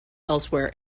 elsewhere